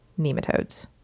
nematodes